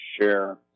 share